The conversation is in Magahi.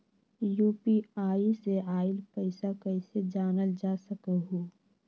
यू.पी.आई से आईल पैसा कईसे जानल जा सकहु?